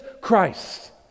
Christ